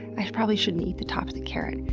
i probably shouldn't eat the top of the carrot.